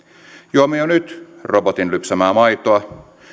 juomme jo nyt robotin lypsämää maitoa